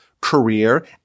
career